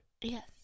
Yes